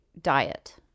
Diet